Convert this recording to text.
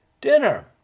Dinner